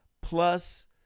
plus